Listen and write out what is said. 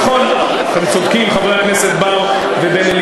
נכון, אתם צודקים חברי הכנסת בר ובן-אליעזר.